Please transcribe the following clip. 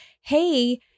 hey